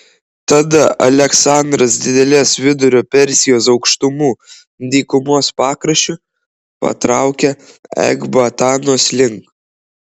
tada aleksandras didelės vidurio persijos aukštumų dykumos pakraščiu patraukė ekbatanos link